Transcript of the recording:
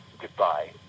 Goodbye